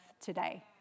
today